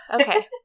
okay